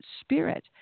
spirit